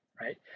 right